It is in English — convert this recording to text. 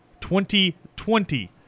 2020